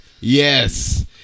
Yes